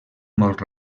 molt